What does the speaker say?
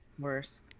worse